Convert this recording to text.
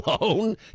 alone